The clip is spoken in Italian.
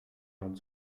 non